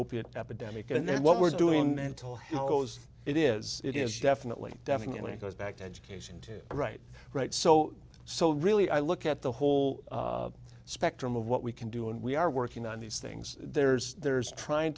opiate epidemic and what we're doing in mental health goes it is it is definitely definitely it goes back to education right right so so really i look at the whole spectrum of what we can do and we are working on these things there's there's trying